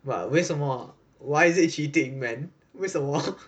but 为什么 why is it cheating man 为什么